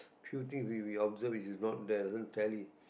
few thing we we observe is not the tally